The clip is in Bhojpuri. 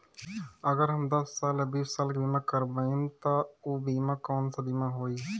अगर हम दस साल या बिस साल के बिमा करबइम त ऊ बिमा कौन सा बिमा होई?